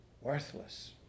Worthless